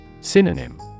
Synonym